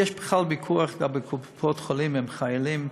יש בכלל ויכוח לגבי קופות-חולים עם חיילים.